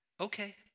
okay